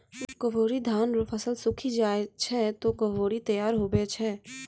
गभोरी धान रो फसल सुक्खी जाय छै ते गभोरी तैयार हुवै छै